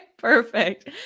Perfect